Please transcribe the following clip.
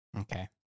Okay